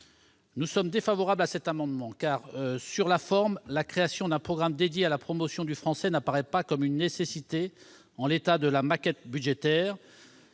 programme 185 et de ceux de l'AEFE. Sur la forme, la création d'un programme dédié à la promotion du français n'apparaît pas comme une nécessité en l'état de la maquette budgétaire.